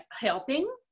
helping